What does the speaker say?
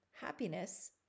happiness